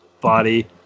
body